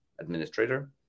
administrator